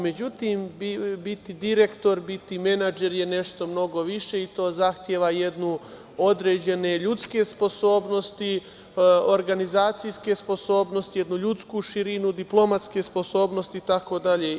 Međutim, biti direktor, biti menadžer je nešto mnogo više i to zahteva određene ljudske sposobnosti, organizacijske sposobnosti, jednu ljudsku širinu, diplomatske sposobnosti itd.